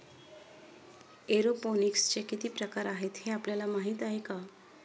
एरोपोनिक्सचे किती प्रकार आहेत, हे आपल्याला माहित आहे का?